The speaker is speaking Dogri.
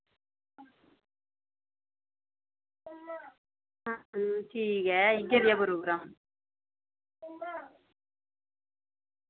ठीक ऐ कनेहा रेहा प्रोग्राम